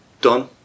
done